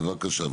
בבקשה.